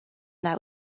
that